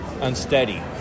Unsteady